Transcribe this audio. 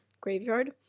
graveyard